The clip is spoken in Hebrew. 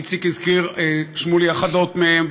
איציק שמולי הזכיר אחדים מהם,